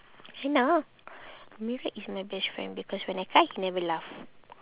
henna ah amirul is my best friend because when I cry he never laugh